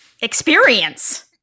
Experience